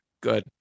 Good